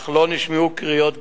אך לא נשמעו קריאות גזעניות.